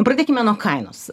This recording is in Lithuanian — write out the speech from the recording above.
pradėkime nuo kainos